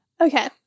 Okay